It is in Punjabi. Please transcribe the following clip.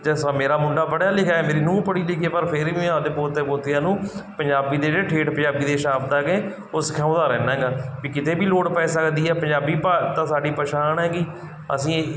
ਜੈਸਾ ਮੇਰਾ ਮੁੰਡਾ ਪੜ੍ਹਿਆ ਲਿਖਿਆ ਹੈ ਮੇਰੀ ਨੂੰਹ ਪੜ੍ਹੀ ਲਿਖੀ ਹੈ ਪਰ ਫਿਰ ਵੀ ਮੈਂ ਆਪਣੇ ਪੋਤੇ ਪੋਤੀਆਂ ਨੂੰ ਪੰਜਾਬੀ ਦੇ ਜਿਹੜੇ ਠੇਠ ਪੰਜਾਬੀ ਦੇ ਸ਼ਬਦ ਹੈਗੇ ਉਹ ਸਿਖਾਉਂਦਾ ਰਹਿੰਦਾ ਹੈਗਾ ਵੀ ਕਿਤੇ ਵੀ ਲੋੜ ਪੈ ਸਕਦੀ ਹੈ ਪੰਜਾਬੀ ਭਾਸ਼ਾ ਤਾਂ ਸਾਡੀ ਪਛਾਣ ਹੈਗੀ ਅਸੀਂ